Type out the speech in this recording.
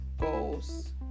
goals